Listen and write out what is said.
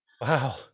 Wow